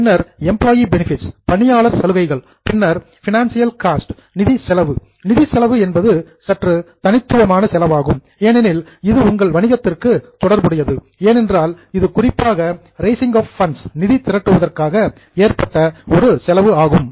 பின்னர் employee benefits பணியாளர் சலுகைகள் பின்னர் பினான்சியல் காஸ்ட் நிதி செலவு நிதி செலவு என்பது சற்று தனித்துவமான செலவாகும் ஏனெனில் இது உங்கள் வணிகத்திற்கு தொடர்புடையது ஏனென்றால் இது குறிப்பாக ரெய்சிங் ஆப் பண்ட்ஸ் நிதி திரட்டுவதற்காக ஏற்பட்ட ஒரு செலவு ஆகும்